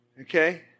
Okay